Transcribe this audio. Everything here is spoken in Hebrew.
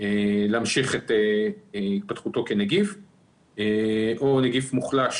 להמשיך את התפתחותו כנגיף או נגיף מוחלש,